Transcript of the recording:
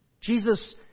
Jesus